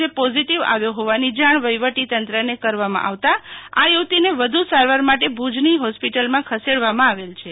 જે પોઝીટીવ આવ્યો હોવાની જાણ વહીવટીતંત્રને કરવામાં આવતા આ યુ વતીને વધુ સારવાર માટે ભુજની હોસ્પિટલમાં ખસેડવામાં આવેલ છે